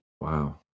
Wow